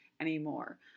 anymore